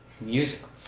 Music